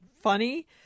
funny